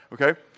okay